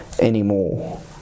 anymore